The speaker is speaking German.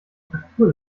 parkour